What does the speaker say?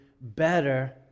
better